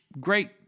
great